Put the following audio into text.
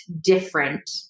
different